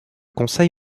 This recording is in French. conseil